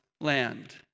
land